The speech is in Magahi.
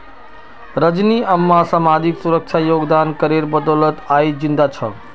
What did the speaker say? रजनी अम्मा सामाजिक सुरक्षा योगदान करेर बदौलत आइज जिंदा छ